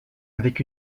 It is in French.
avec